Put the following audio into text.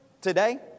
today